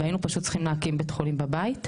והיינו פשוט צריכים להקים בית חולים בבית.